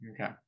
okay